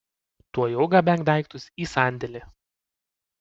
tuojau gabenk daiktus į sandėlį